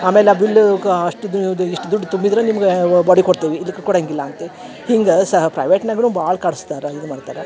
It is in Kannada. ಆಮೇಲೆ ಆ ಬಿಲ್ ಕಾ ಅಷ್ಟದ ದ್ ಇಷ್ಟು ದುಡ್ಡ ತುಂಬಿದ್ದರೆ ನಿಮ್ಗ ವ ಬಾಡಿ ಕೊಡ್ತೇವಿ ಇಲ್ಕ ಕೊಡಂಗಿಲ್ಲ ಅಂತೆ ಹಿಂಗೆ ಸಹ ಪ್ರೈವೇಟ್ನ್ಯಾಗುನು ಭಾಳ್ ಕಾಡ್ಸ್ತಾರೆ ಇದು ಮಾಡ್ತಾರೆ